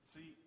See